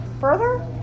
further